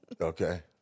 Okay